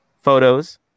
photos